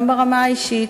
גם ברמה האישית,